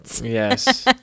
Yes